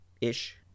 Ish